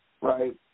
Right